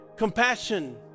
Compassion